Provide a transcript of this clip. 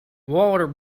water